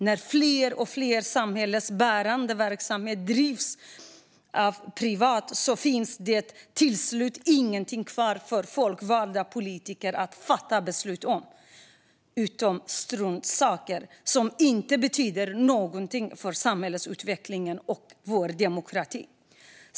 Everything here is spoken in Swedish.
När fler och fler samhällsbärande verksamheter drivs privat finns det till slut ingenting kvar för folkvalda politiker att fatta beslut om, utom struntsaker som inte betyder något för samhällsutvecklingen och demokratin.